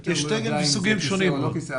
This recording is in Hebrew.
שוטר לא יודע אם זה כיסא או לא כיסא,